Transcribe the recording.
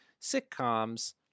sitcoms